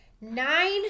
nine